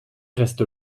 reste